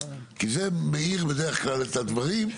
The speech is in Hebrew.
כי זה מעיר בדרך כלל את הדברים.